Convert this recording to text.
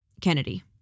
Kennedy